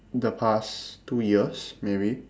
the past two years maybe